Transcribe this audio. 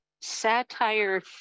Satire